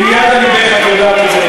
לא, אתה יודע את זה היטב.